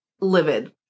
livid